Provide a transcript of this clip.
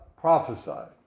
prophesied